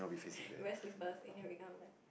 you wear slippers you can become like